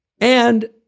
and-